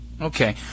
Okay